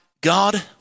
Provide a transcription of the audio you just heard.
God